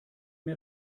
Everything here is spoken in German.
mir